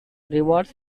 rewards